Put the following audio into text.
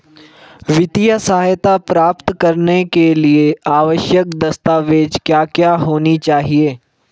वित्तीय सहायता प्राप्त करने के लिए आवश्यक दस्तावेज क्या क्या होनी चाहिए?